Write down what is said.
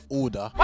order